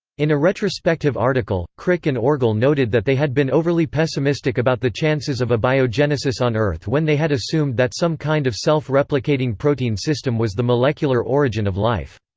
in a retrospective article, crick and orgel noted that they had been overly pessimistic about the chances of abiogenesis on earth when they had assumed that some kind of self-replicating protein system was the molecular origin of life.